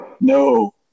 no